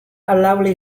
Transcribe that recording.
lovely